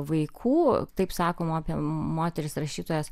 vaikų taip sakoma apie moteris rašytojas